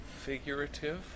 figurative